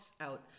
out